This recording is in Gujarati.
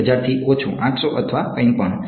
1000 થી ઓછું 800 અથવા કંઈપણ